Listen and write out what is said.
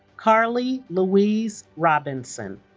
karleigh louise robinson